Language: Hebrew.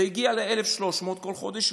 זה הגיע ל-1,300 כל חודש.